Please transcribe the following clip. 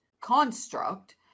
construct